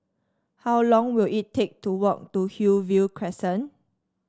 how long will it take to walk to Hillview Crescent